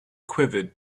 quivered